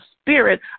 spirit